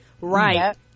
Right